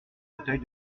fauteuil